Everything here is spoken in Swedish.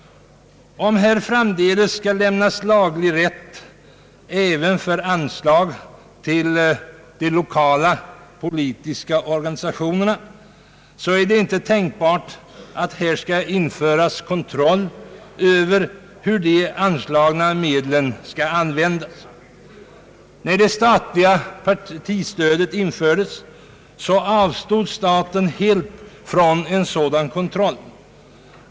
Om framdeles laglig rätt skall lämnas för anslag till de lokala politiska organisationerna, är det inte tänkbart att kontroll skall kunna införas över hur de anslagna medlen skall användas. När det statliga partistödet infördes avstod staten helt från en sådan kontroll.